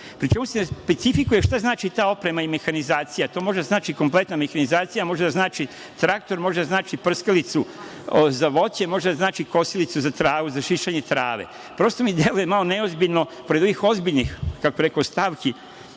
Pri tome se ne specifikuje šta znači ta oprema i mehanizacija. To može da znači kompletna mehanizacija, a može da znači traktor, a može da znači prskalicu za voće, može da znači kosilicu za travu, za šišanje trave. Prosto, mi deluje malo neozbiljno pored ovih ozbiljnih stavki,